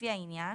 לפי העניין,